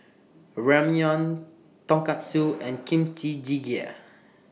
Ramyeon Tonkatsu and Kimchi Jjigae